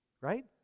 right